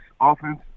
offense